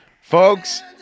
Folks